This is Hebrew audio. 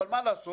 אבל מה לעשות,